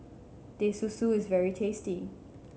Teh Susu is very tasty